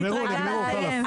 נגמרו נגמרו חלאס.